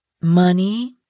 money